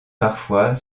parfois